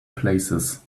places